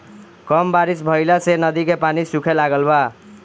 कम बारिश भईला से नदी के पानी सूखे लागल बा